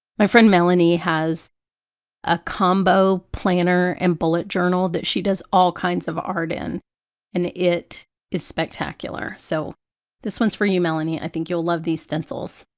my friend melanie has a combo planner and bullet journal that she does all kinds of art in and it is spectacular, so this one's for you melanie i think you'll love these stencils.